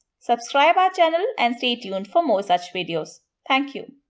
subscribe our channel and stay tuned for more such videos, thank you.